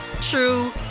true